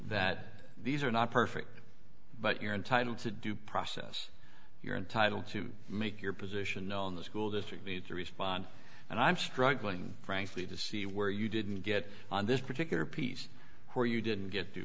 that these are not perfect but you're entitled to due process you're entitled to make your position known the school district needs to respond and i'm struggling frankly to see where you didn't get on this particular piece or you didn't get